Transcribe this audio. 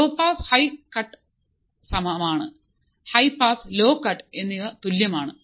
law pass high cut സമമാണ് high pass low cut എന്നിവ തുല്യമാണ്